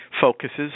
focuses